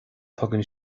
tugann